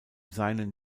seinen